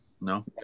no